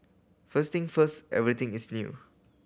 first thing first everything is new